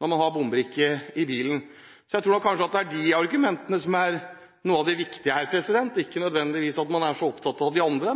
når man har bombrikke i bilen. Jeg tror kanskje at det er de argumentene som er de viktigste her, ikke at man nødvendigvis er så opptatt av de andre.